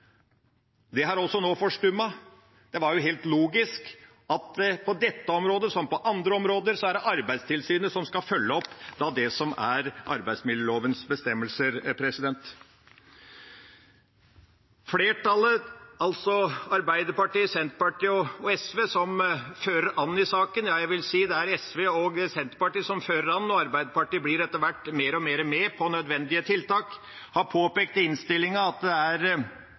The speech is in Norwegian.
Det har også nå forstummet. Det var helt logisk at det på dette området, som på andre områder, er Arbeidstilsynet som skal følge opp det som er arbeidsmiljølovens bestemmelser. Flertallet, altså Arbeiderpartiet, Senterpartiet og SV, som fører an i saken – jeg vil si det er SV og Senterpartiet som fører an, og Arbeiderpartiet blir etter hvert mer og mer med på nødvendige tiltak – har påpekt i innstillinga at det er